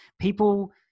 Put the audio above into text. People